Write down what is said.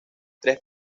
tres